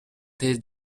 тез